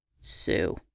Sue